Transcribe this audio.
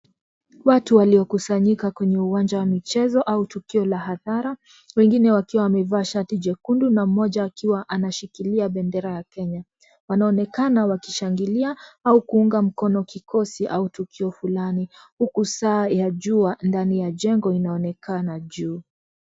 Watu waliokusanyika kwenye uwanja wa michezo au tukio la hadhara, wengine wakiwa wamevaa shati jekundu na mmoja akiwa anashikilia bendera ya Kenya. Wanonekana wakishangilia au kuunga mkono kikosi au tukio fulani. Huku saa ya jua ndani ya jengo inaonekana juu.